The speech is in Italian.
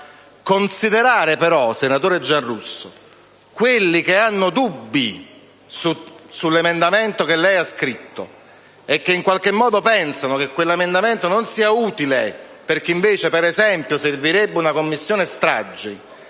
considerare quelli che hanno dubbi sull'emendamento che lei ha scritto e che in qualche modo pensano che quell'emendamento non sia utile, perché invece, ad esempio, servirebbe una Commissione stragi,